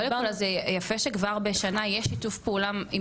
קודם כל אז יפה שכבר בשנה יש שיתוף פעולה עם